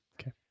Okay